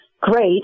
great